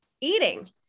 eating